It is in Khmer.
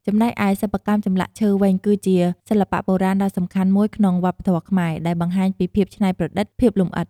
ចំណែកឯសិប្បកម្មចម្លាក់ឈើវិញ គឺជាសិល្បៈបុរាណដ៏សំខាន់មួយក្នុងវប្បធម៌ខ្មែរ ដែលបង្ហាញពីភាពច្នៃប្រឌិត ភាពលំអិត ។